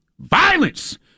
violence